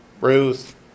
Ruth